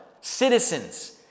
citizens